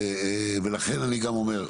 ולכן אני גם אומר,